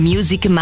Music